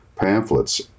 pamphlets